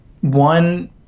one